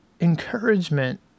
encouragement